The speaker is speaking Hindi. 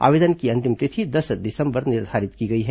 आवेदन की अंतिम तिथि दस दिसंबर निर्धारित की गई है